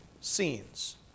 scenes